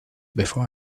before